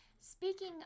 Speaking